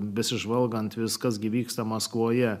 besižvalgant viskas gi vyksta maskvoje